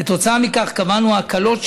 כתוצאה מכך קבענו הקלות,